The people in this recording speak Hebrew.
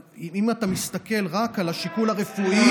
אבל אם אתה מסתכל רק על השיקול הרפואי,